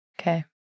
Okay